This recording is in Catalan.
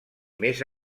més